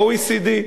ה-OECD.